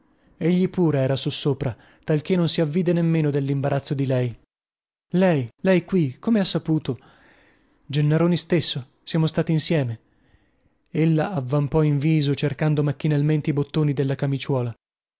egli stesso pareva così turbato che non si accorse del suo imbarazzo lei lei qui come ha saputo gennaroni stesso siamo stati insieme ella avvampò in viso cercando macchinalmente i bottoni della camiciuola